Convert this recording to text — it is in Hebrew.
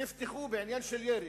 נפתחו בעניין של ירי